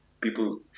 people